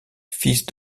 fils